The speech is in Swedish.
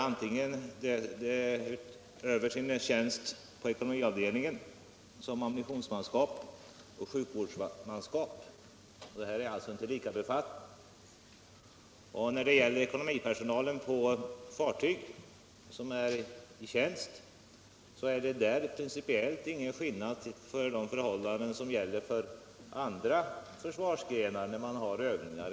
De kan utöva sin tjänst på ekonomiavdelningen antingen som ammunitionsmanskap eller som sjukvårdsmanskap. Det är alltså inte fråga om samma typ av befattningar. När det gäller ekonomipersonalen på fartyg som är i tjänst är det principiellt ingen skillnad i förhållande till vad som gäller andra försvarsgrenar i samband med övningar.